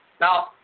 Now